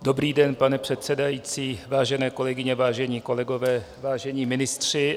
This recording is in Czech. Dobrý den, pane předsedající, vážené kolegyně, vážení kolegové, vážení ministři.